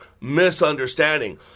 misunderstanding